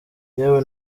yewe